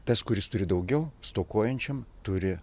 tas kuris turi daugiau stokojančiam turi